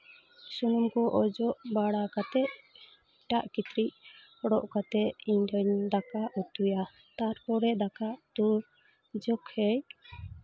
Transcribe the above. ᱥᱩᱱᱩᱢ ᱠᱚ ᱚᱡᱚᱜ ᱵᱟᱲᱟ ᱠᱟᱛᱮᱫ ᱮᱴᱟᱜ ᱠᱤᱪᱨᱤᱡ ᱦᱚᱨᱚᱜ ᱠᱟᱛᱮᱫ ᱤᱧ ᱫᱚᱧ ᱫᱟᱠᱟ ᱩᱛᱩᱭᱟ ᱛᱟᱨᱯᱚᱨᱮ ᱫᱟᱠᱟ ᱩᱛᱩ ᱡᱚᱠᱷᱮᱡ